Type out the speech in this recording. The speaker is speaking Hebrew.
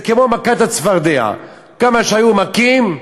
זה כמו מכת הצפרדע: כמה שהיו מכים,